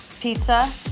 pizza